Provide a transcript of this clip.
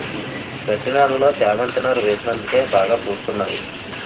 గట్టి నేలలో చేమంతి నారు వేసినందుకే బాగా పూస్తున్నాయి